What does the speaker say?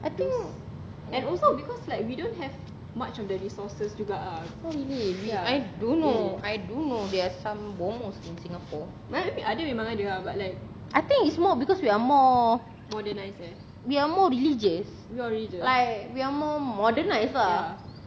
I think oh I don't know I do know there some bomohs in singapore I think it's more of because we are more we are more religious like we are more modernise ah